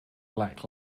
black